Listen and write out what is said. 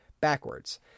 Backwards